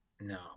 No